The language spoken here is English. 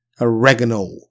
oregano